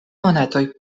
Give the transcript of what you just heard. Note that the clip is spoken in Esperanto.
monatoj